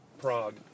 Prague